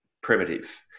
primitive